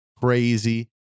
crazy